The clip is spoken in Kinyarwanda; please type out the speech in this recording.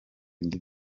indi